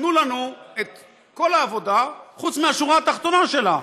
תנו לנו את כל העבודה חוץ מהשורה התחתונה שלה.